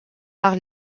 par